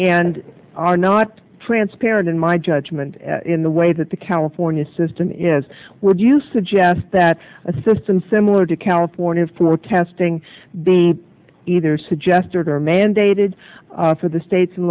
and are not transparent in my judgment in the way that the california system is would you suggest that assistance similar to california for testing being either suggested or mandated for the states